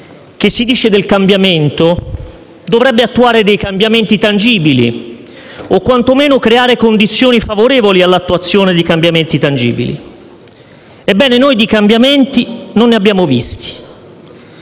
che si dice "del cambiamento" dovrebbe attuare dei cambiamenti tangibili o, quantomeno, creare condizioni favorevoli all'attuazione di cambiamenti tangibili. Ebbene, di cambiamenti non ne abbiamo visti,